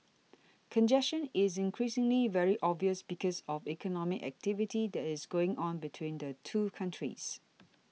congestion is increasingly very obvious because of economic activity that is going on between the two countries